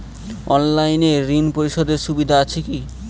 অনলাইনে ঋণ পরিশধের সুবিধা আছে কি?